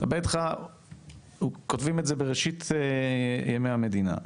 אז כותבים את זה בראשית ימי המדינה.